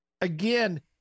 again